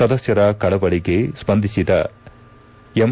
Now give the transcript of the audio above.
ಸದಸ್ಕರ ಕಳಕಳಿಗೆ ಸ್ಪಂದಿಸಿದ ಎಂ